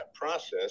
process